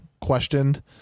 questioned